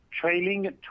Trailing